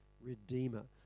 redeemer